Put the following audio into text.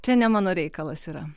čia ne mano reikalas yra